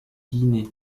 guinée